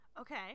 Okay